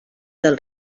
del